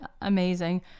amazing